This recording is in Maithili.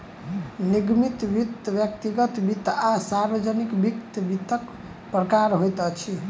निगमित वित्त, व्यक्तिगत वित्त आ सार्वजानिक वित्त, वित्तक प्रकार होइत अछि